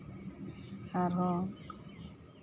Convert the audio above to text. ᱟᱨᱦᱚᱸ